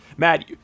Matt